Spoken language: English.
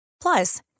Plus